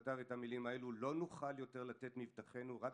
"לא נוכל יותר לתת מבטחנו רק